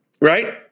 Right